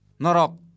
Norok